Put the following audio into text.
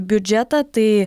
biudžetą tai